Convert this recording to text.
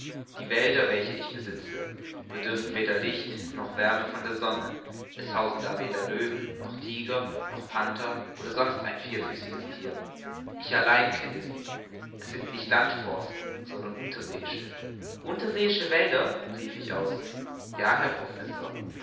die wälder welche ich besitze bedürfen weder licht noch wärme von der sonne es hausen da weder löwen noch tiger noch panther oder sonst ein vierfüßiges thier ich allein kenne sie es sind nicht landforsten sondern unterseeische unterseeische wälder rief ich aus ja herr professor